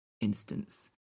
instance